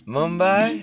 Mumbai